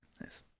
Nice